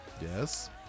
Yes